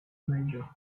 major